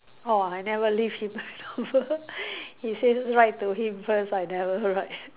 orh I never leave him my number he say write to him first I never write